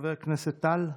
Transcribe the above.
חבר הכנסת טל,